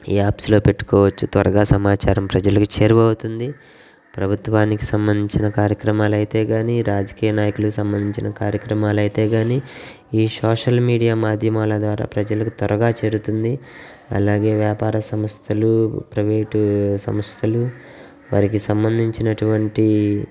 ఈ యాప్స్లో పెట్టుకోవచ్చు త్వరగా సమాచారం ప్రజలకు చేరువ అవుతుంది ప్రభుత్వానికి సంబంధించిన కార్యక్రమాలు అయితే కానీ రాజకీయ నాయకులకు సంబంధించిన కార్యక్రమాలు అయితే కానీ ఈ సోషల్ మీడియా మాధ్యమాల ద్వారా ప్రజలకు త్వరగా చేరుతుంది అలాగే వ్యాపార సంస్థలు ప్రైవేటు సంస్థలు వారికి సంబంధించినటువంటి